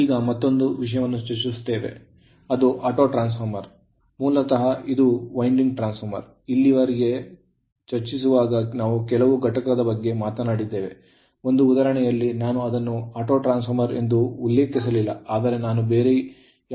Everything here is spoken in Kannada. ನಾವು ಮತ್ತೊಂದು ವಿಷಯವನ್ನು ಚರ್ಚಿಸುತ್ತೇವೆ ಅದು Autotransformer ಸ್ವಯಂಟ್ರಾನ್ಸ್ ಫಾರ್ಮರ್ ಮೂಲತಃ ಇದು winding ಅಂಕುಡೊಂಕಾದ ಟ್ರಾನ್ಸ್ ಫಾರ್ಮರ್ ಇಲ್ಲಿಯವರೆಗೆ ಚರ್ಚಿಸುವಾಗ ನಾನು ಕೆಲವು ಘಟಕದ ಬಗ್ಗೆ ಮಾತನಾಡಿದ್ದೇನೆ ಒಂದು ಉದಾಹರಣೆಯಲ್ಲಿ ನಾನು ಅದನ್ನು ಆಟೋಟ್ರಾನ್ಸ್ ಫಾರ್ಮರ್ ಎಂದು ಉಲ್ಲೇಖಿಸಲಿಲ್ಲ ಆದರೆ ನಾನು ಬೇರೆ ಯಾವುದಾದರೂ ಉಪಕರಣದ ಹೆಸರನ್ನು ತೆಗೆದುಕೊಂಡಿದ್ದೇನೆ